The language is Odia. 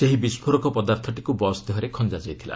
ସେହି ବିସ୍କୋରକ ପଦାର୍ଥଟିକୁ ବସ୍ ଦେହରେ ଖଞ୍ଜା ଯାଇଥିଲା